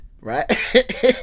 right